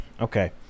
Okay